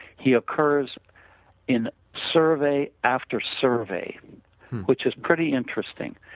he occurs in survey after survey which is pretty interesting,